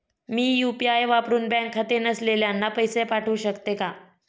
मी UPI वापरुन bank खाते नसलेल्यांना पैसे पाठवू शकते का?